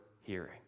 hearing